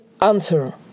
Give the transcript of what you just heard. answer